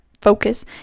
focus